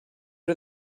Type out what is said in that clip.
are